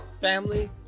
Family